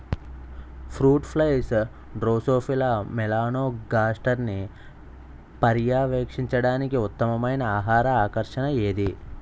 Fruit flies drosophila మెలనోగాస్టర్ని పర్యవేక్షించడానికి ఉత్తమమైన ఆహార ఆకర్షణ ఏది?